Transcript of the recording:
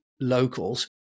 locals